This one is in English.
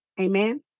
Amen